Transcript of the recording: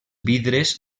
vidres